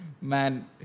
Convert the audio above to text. Man